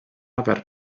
aver